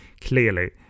clearly